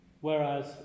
Whereas